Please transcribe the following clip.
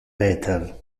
peter